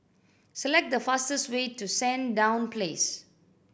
select the fastest way to Sandown Place